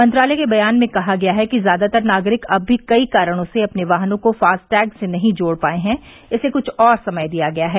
मंत्रालय के बयान में कहा गया है कि ज्यादातर नागरिक अब भी कई कारणों से अपने वाहनों को फास्टैग से नहीं जोड पाये हैं इसलिए कृष्ठ और समय दिया गया है